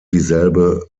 dieselbe